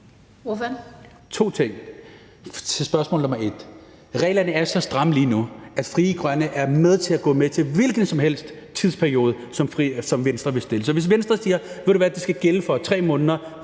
to ting. Til spørgsmål nr. 1: Reglerne er lige nu så stramme, at Frie Grønne vil gå med til hvilken som helst tidsperiode, som Venstre vil opstille. Så hvis Venstre siger, at ved du hvad, det skal gælde for 3 måneder,